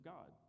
God